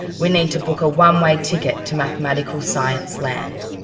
we need to book a one way ticket to mathematical science land.